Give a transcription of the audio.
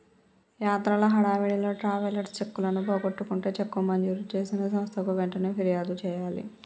యాత్రల హడావిడిలో ట్రావెలర్స్ చెక్కులను పోగొట్టుకుంటే చెక్కు మంజూరు చేసిన సంస్థకు వెంటనే ఫిర్యాదు చేయాలి